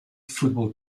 football